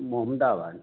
Mohammadabad